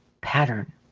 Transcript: pattern